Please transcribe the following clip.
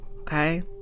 Okay